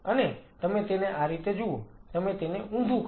અને તમે તેને આ રીતે જુઓ તમે તેને ઊંધું કરો